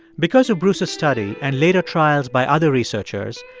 because of bruce's study and later trials by other researchers,